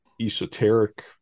esoteric